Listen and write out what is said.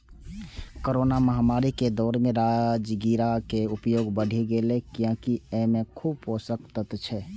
corona महामारी के दौर मे राजगिरा के उपयोग बढ़ि गैले, कियैकि अय मे खूब पोषक तत्व छै